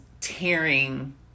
tearing